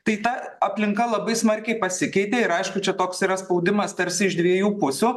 tai ta aplinka labai smarkiai pasikeitė ir aišku čia toks yra spaudimas tarsi iš dviejų pusių